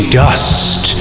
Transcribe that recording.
dust